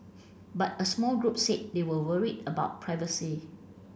but a small group said they were worried about privacy